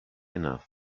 enough